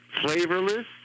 flavorless